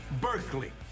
Berkeley